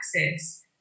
access